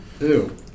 ew